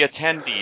attendees